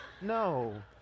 no